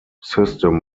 system